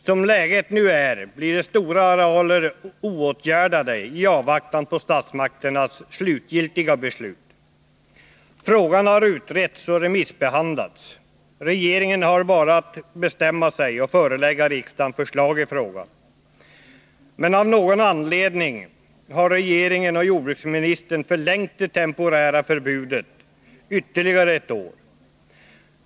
Som läget nu är blir stora arealer oåtgärdade i avvaktan på statsmakternas slutgiltiga beslut. Frågan har utretts och remissbehandlats. Regeringen har bara att bestämma sig och förelägga riksdagen förslag i frågan. Men av någon anledning har regeringen och jordbruksministern förlängt det temporära förbudet ytterligare ett år.